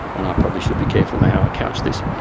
and i probably should be careful ah how i couch this,